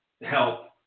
help